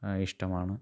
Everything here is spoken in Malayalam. ഇഷ്ടമാണ്